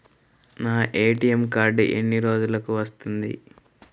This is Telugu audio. నా ఏ.టీ.ఎం కార్డ్ ఎన్ని రోజులకు వస్తుంది?